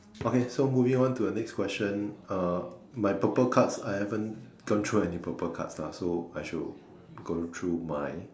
okay so moving to a next question err my purple cards I haven't gone through any purple cards lah so I should go through my